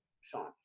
Sean